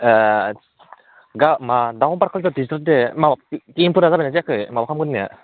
ए दा मा एमफोरा जादोंना जायाखै माबा खालामगोन होन्नाया